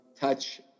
touch